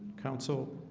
counsel,